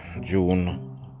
june